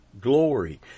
glory